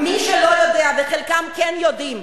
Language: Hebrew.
מי שלא יודע, וחלקכם כן יודעים,